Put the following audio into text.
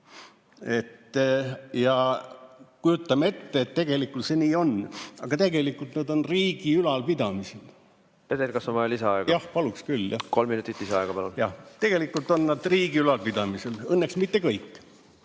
ja kujutame ette, et see nii on, aga tegelikult nad on riigi ülalpidamisel. Peeter, kas on vaja lisaaega? Jah, paluks küll. Kolm minutit lisaaega, palun! Jah. Tegelikult on nad riigi ülalpidamisel. Õnneks mitte kõik.